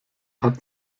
hat